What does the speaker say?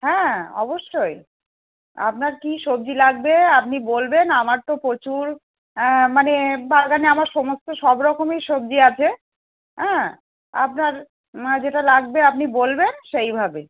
হ্যাঁ অবশ্যই আপনার কী সবজি লাগবে আপনি বলবেন আমার তো প্রচুর অ্যাঁ মানে বাগানে আমার সমস্ত সব রকমই সবজি আছে অ্যাঁ আপনার না যেটা লাগবে আপনি বলবেন সেইভাবে